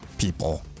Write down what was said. people